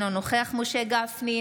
אינו נוכח משה גפני,